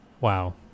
Wow